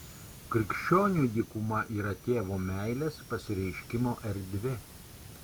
krikščioniui dykuma yra tėvo meilės pasireiškimo erdvė